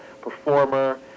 performer